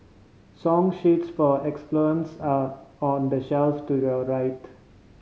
song sheets for xylophones are on the shelf to your right